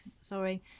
sorry